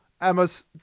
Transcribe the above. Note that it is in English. emma's